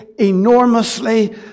enormously